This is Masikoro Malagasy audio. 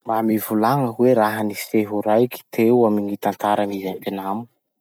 Mba mivolagna hoe raha-niseho raiky teo amy gny tantaran'i Vietnam?